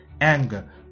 anger